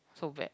so bad